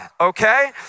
okay